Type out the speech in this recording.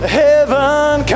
heaven